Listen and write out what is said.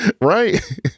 right